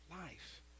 life